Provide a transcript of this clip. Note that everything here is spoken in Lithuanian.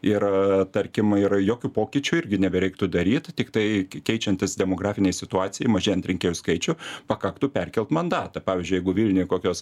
ir tarkim yra jokių pokyčių irgi nebereiktų daryt tiktai keičiantis demografinei situacijai mažėjant rinkėjų skaičių pakaktų perkelt mandatą pavyzdžiui jeigu vilniuj kokios